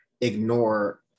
ignore